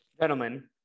gentlemen